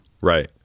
Right